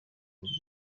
uburyo